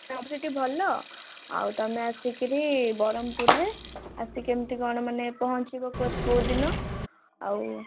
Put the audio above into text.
ସବୁ ସେଇଠି ଭଲ ଆଉ ତୁମେ ଆସିକରି ବ୍ରହ୍ମପୁରରେ ଆସି କେମତି କ'ଣ ମାନେ ପହଞ୍ଚିବ କେଉଁଦିନ ଆଉ